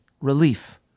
relief